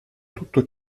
tutto